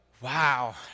wow